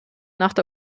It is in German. nach